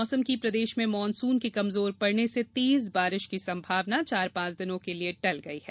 मौसम प्रदेश में मॉनसून के कमजोर पड़ने से तेज बारिश की संभावना चार पांच दिन के लिए टल गई है